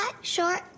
short